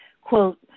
quote